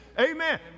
Amen